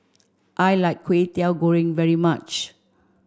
I like Kwetiau Goreng very much